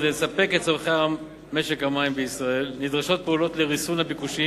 לספק את צורכי משק המים בישראל נדרשות פעולות לריסון הביקושים.